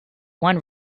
one